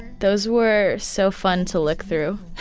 those were so fun to look through